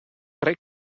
rec